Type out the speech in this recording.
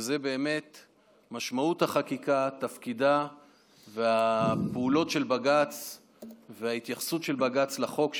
על משמעות החקיקה ותפקידה ועל הפעולות וההתייחסות של בג"ץ לחוק,